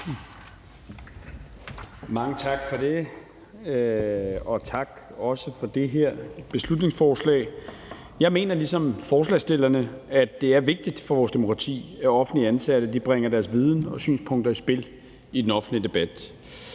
Mange tak for det, og også tak for det her beslutningsforslag. Jeg mener ligesom forslagsstillerne, at det er vigtigt for vores demokrati, at offentligt ansatte bringer deres viden og synspunkter i spil i den offentlige debat.